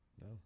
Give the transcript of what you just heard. No